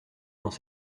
dans